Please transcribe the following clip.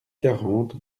quarante